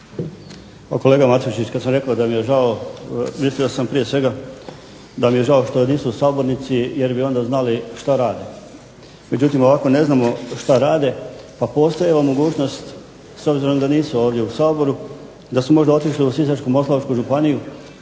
kolega Matušić, kad sam rekao da mi je žao mislio sam prije svega da mi je žao što nisu sabornici, jer bi onda znali šta rade. Međutim ovako ne znamo šta rade, pa postoji ova mogućnost, s obzirom da nisu ovdje u Saboru da su možda otišli u Sisačko-moslavačku županiju